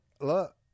Look